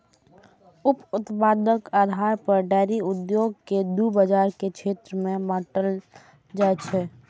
उप उत्पादक आधार पर डेयरी उद्योग कें दू बाजार क्षेत्र मे बांटल जाइ छै